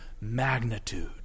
magnitude